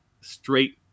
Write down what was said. straight